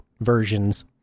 versions